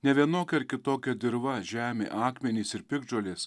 ne vienokia ar kitokia dirva žemė akmenys ir piktžolės